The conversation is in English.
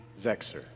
Zexer